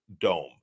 dome